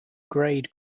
grade